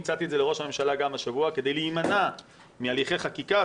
הצעתי את זה לראש הממשלה גם השבוע כדי להימנע מהליכי חקיקה.